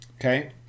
Okay